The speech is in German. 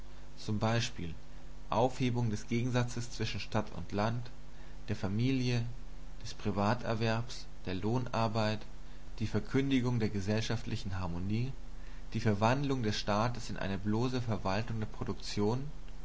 z b aufhebung des gegensatzes zwischen stadt und land der familie des privaterwerbs der lohnarbeit die verkündigung der gesellschaftlichen harmonie die verwandlung des staates in eine bloße verwaltung der produktion